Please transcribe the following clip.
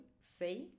say